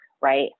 right